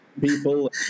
people